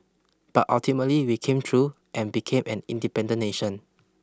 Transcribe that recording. but ultimately we came through and became an independent nation